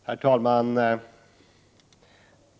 Herr talman!